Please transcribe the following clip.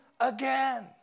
again